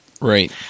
right